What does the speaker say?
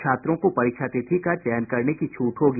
छात्रों को परीक्षा तिथि का चयन करने की छूट होगी